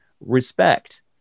respect